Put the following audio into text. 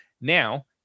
Now